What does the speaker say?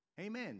Amen